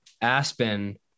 Aspen